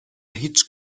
هیچ